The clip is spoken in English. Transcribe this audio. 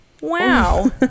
Wow